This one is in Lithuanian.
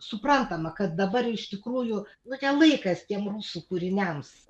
suprantama kad dabar iš tikrųjų nu ne laikas tiem rusų kūriniams